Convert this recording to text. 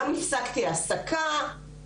גם הפסקתי העסקה,